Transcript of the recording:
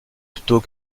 plutôt